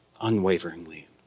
unwaveringly